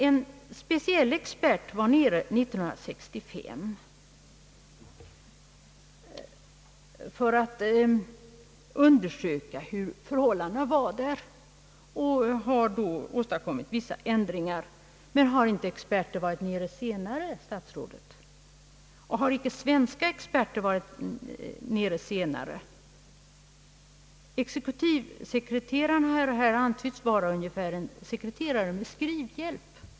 En speciell expert var där nere år 1965 för att undersöka förhållandena och har åstadkommit vissa ändringar säger statsrådet. Men har inte experter varit där senare? Och har icke svenska experter också varit där senare? Exekutivsekreteraren har antytts vara ungefär en sekreterare med skrivhjälp.